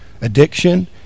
addiction